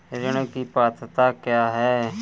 ऋण की पात्रता क्या है?